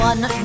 One